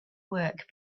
work